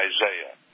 Isaiah